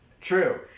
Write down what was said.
True